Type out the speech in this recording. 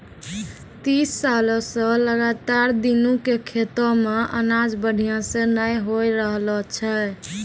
तीस साल स लगातार दीनू के खेतो मॅ अनाज बढ़िया स नय होय रहॅलो छै